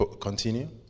Continue